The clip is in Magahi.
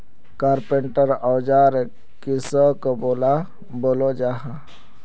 कारपेंटर औजार किसोक बोलो जाहा?